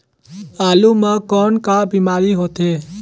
आलू म कौन का बीमारी होथे?